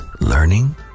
learning